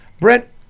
Brett